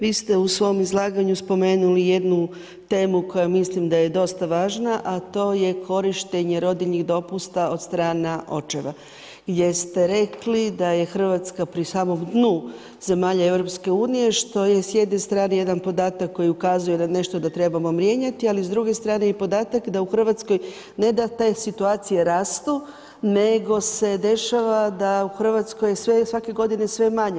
Vi ste u svom izlaganju spomenuli jednu temu koja mislim da je dosta važna, a to je korištenje rodiljnih dopusta od strane očeva jer ste rekli da je Hrvatska pri samom dnu zemalja EU što je s jedne strane jedan podatak koji ukazuje na nešto da trebamo mijenjati, ali s druge strane i podatak da u Hrvatskoj ne da te situacije rastu nego se dešava da je u Hrvatskoj svake godine sve manje.